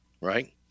right